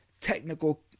technical